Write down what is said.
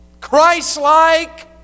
Christ-like